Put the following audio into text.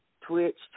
Twitch